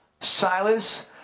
Silas